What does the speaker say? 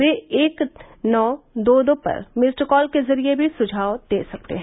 वे एक नौ दो दो पर मिस्ड कॉल के जरिए भी सुझाव दे सकते हैं